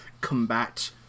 combat